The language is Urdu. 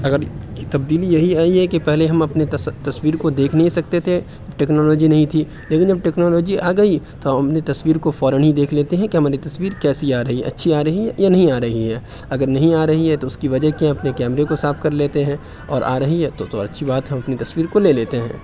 اگر تبدیلی یہی آئی ہے کہ پہلے ہم اپنے تصویر کو دیکھ نہیں سکتے تھے ٹیکنالوجی نہیں تھی لیکن جب ٹیکنالوجی آ گئی تو ہم اپنی تصویر کو فوراً ہی دیکھ لیتے ہیں کہ ہماری تصویر کیسی آ رہی اچھی آ رہی ہے یا نہیں آ رہی ہے اگر نہیں آ رہی ہے تو اس کی وجہ کہ اپنے کیمرے کو صاف کر لیتے ہیں اور آ رہی ہے تو تو اچھی بات ہے ہم اپنی تصویر کو لے لیتے ہیں